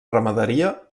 ramaderia